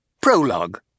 Prologue